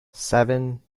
seven